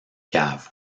cave